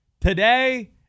Today